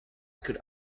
could